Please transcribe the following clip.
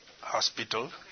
hospital